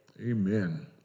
Amen